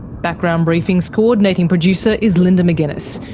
background briefing's co-ordinating producer is linda mcginness,